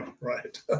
right